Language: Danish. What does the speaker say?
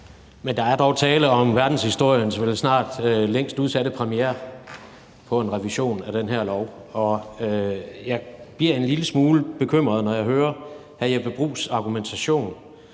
Men der er dog tale om verdenshistoriens vel snart længst udsatte premiere på en revision af den her lov. Og jeg bliver en lille smule bekymret, når jeg hører hr. Jeppe Bruus' argumentation,